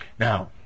Now